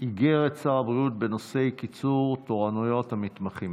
איגרת שר הבריאות בנושא קיצור תורנויות המתמחים.